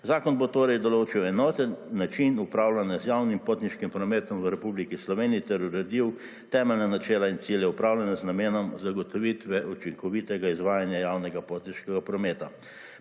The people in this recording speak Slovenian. Zakon bo torej določil enoten način upravljanja z javnim potniškim prometom v Republiki Sloveniji ter uredil temeljna načela in cilje upravljanja z namenom zagotovitve učinkovitega izvajanja javnega potniškega prometa.